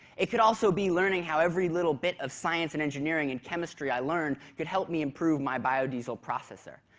it could also be learning how every little bit of science and engineering and chemistry i learned could help me improve my biodiesel processor,